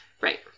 Right